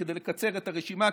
כדי לקצר את הרשימה,